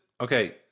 Okay